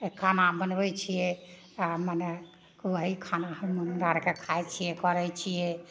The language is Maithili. उ खाना बनबय छियै तऽ मने ओही खाना हमहुँ आरके खाइ छियै करय छियै